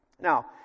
Now